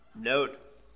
note